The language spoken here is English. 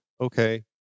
okay